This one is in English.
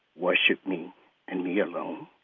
worship me and me alone.